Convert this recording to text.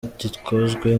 gikozwe